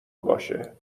باشه